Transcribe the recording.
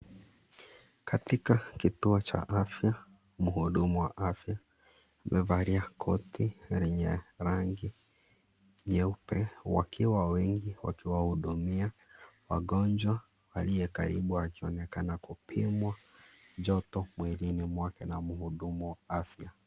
Katika kituo cha afya mhudumu wa afya amevalia koti lenye rangi nyeupe wakiwa wengi wakiwahudumia wagonjwa walio karibu kuonekana kupimwa joto mwilini mwake na mhudumu wa afya.